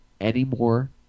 anymore